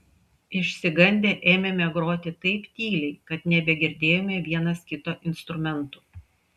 išsigandę ėmėme groti taip tyliai kad nebegirdėjome vienas kito instrumentų